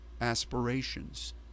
aspirations